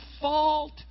fault